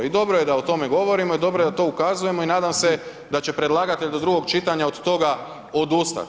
I dobro je da o tome govorimo i dobro je da na to ukazujemo i nadam se da će predlagatelj do drugog čitanja od toga odustati.